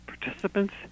participants